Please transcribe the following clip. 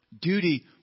Duty